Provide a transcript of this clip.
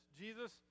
Jesus